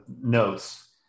notes